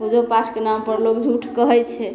पूजो पाठके नामपर लोक झूठ कहै छै